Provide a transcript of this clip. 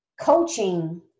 coaching